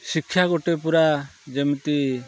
ଶିକ୍ଷା ଗୋଟେ ପୁରା ଯେମିତି